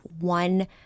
one